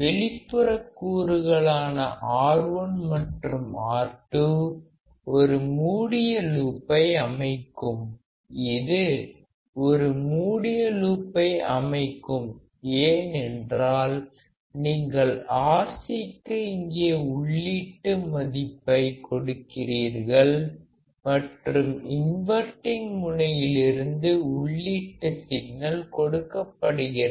வெளிப்புற கூறுகளான R1 மற்றும் R2 ஒரு மூடிய லூப்பை அமைக்கும் இது ஒரு மூடிய லூப்பை அமைக்கும் ஏனென்றால் நீங்கள் Rc க்கு இங்கே உள்ளீட்டு மதிப்பை கொடுக்கிறீர்கள் மற்றும் இன்வர்டிங் முனையிலிருந்து உள்ளீட்டு சிக்னல் கொடுக்கப்படுகிறது